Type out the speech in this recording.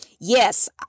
yes